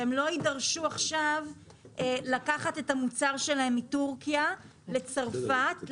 שהם לא יידרשו עכשיו לקחת את המוצר שלהם מתורכיה לצרפת,